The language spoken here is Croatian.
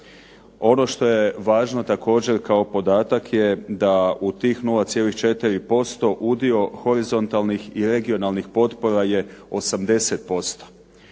Ono što je važno također kao podatak je da u tih 0,4% udio horizontalnih i regionalnih potpora je 80%.